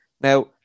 Now